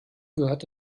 gehört